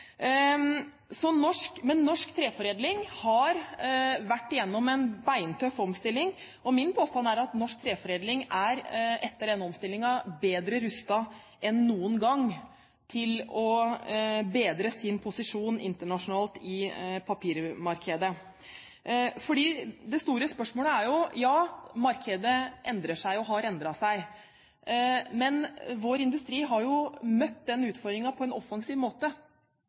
Norsk treforedling har vært gjennom en beintøff omstilling, og min påstand er at norsk treforedling etter omstillingen er bedre rustet enn noen gang til å bedre sin posisjon internasjonalt i papirmarkedet. Ja, markedet har endret seg, men vår industri har jo møtt den utfordringen på en offensiv måte.